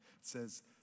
says